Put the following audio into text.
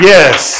Yes